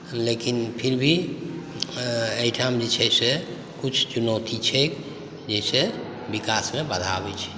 एहिठाम जे छै से किछु चुनौती छैक जाहिसँ विकासमे बाधा आबै छै